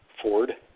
Ford